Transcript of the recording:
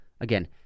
again